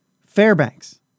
Fairbanks